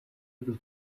able